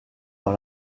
dans